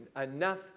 enough